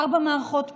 ארבע מערכות בחירות,